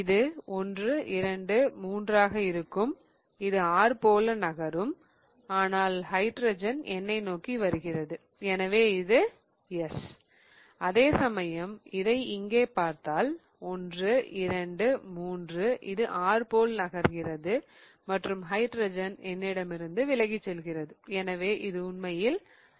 இது 1 2 3 ஆக இருக்கும் இது R போல நகரும் ஆனால் ஹைட்ரஜன் என்னை நோக்கி வருகிறது எனவே இது S அதேசமயம் இதை இங்கே பார்த்தால் 1 2 3 இது R போல நகர்கிறது மற்றும் ஹைட்ரஜன் என்னிடமிருந்து விலகிச் செல்கிறது எனவே இது உண்மையில் R